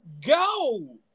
go